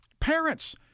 parents